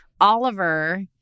Oliver